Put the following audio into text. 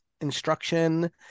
instruction